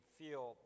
feel